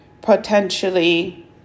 potentially